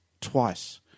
twice